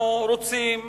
אנחנו רוצים